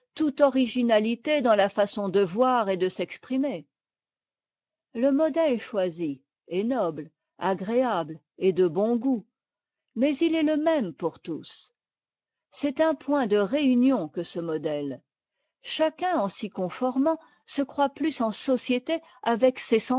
toute originalité dans la façon de voir et de s'exprimer le modèle choisi est noble agréable et de bon goût mais il est le même pour tous c'est un point de réunion que ce modèle chacun en s'y conformant se croit plus en société avec ses